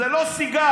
זה לא סיגר,